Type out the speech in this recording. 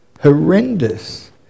horrendous